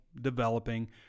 developing –